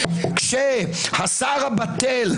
כשהשר הבטל,